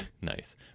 nice